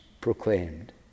proclaimed